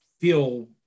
feel